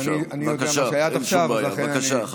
אבל אני יודע מה שהיה עד עכשיו,